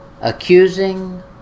accusing